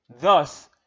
Thus